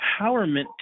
empowerment